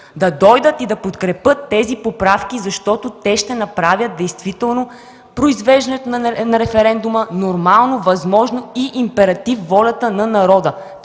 да дойдат и да подкрепят тези поправки, защото те ще направят действително произвеждането на референдума нормално, възможно и императив волята на народа